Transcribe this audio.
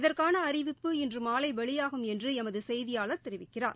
இதற்கான அறிவிப்பு இன்றுமாலைவெளியாகும் என்றுளமதுசெய்தியாளர் தெரிவிக்கிறார்